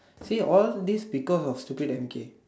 see all this because of stupid M_K